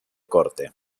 corte